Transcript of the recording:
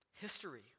history